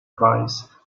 price